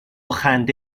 خنده